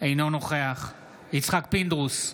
אינו נוכח יצחק פינדרוס,